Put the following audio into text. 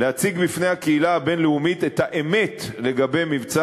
להציג בפני הקהילה הבין-לאומית את האמת לגבי מבצע